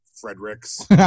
Fredericks